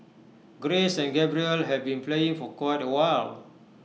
grace and Gabriel have been playing for quite awhile